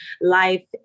life